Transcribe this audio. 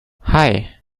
hei